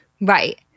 Right